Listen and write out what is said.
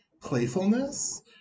playfulness